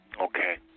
Okay